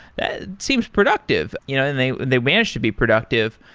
ah seems productive, you know and they they managed to be productive.